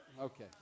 Okay